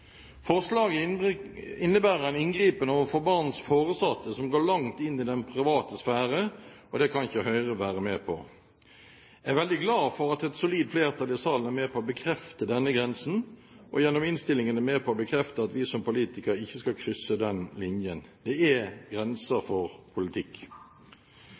Forslaget innebærer en inngripen overfor barns foresatte som går langt inn i den private sfære, og det kan ikke Høyre være med på. Jeg er veldig glad for at et solid flertall i salen er med på å bekrefte denne grensen, og gjennom innstillingen er med på å bekrefte at vi som politikere ikke skal krysse den linjen. Det er grenser for politikk.